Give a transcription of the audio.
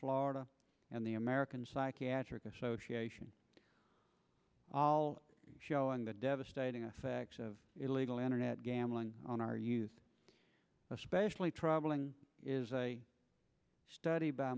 florida and the american psychiatric association all showing the devastating effects of illegal internet gambling on our youth especially troubling is a study by